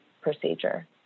procedure